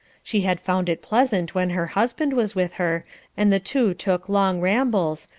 she had found it pleasant when her husband was with her and the two took long rambles,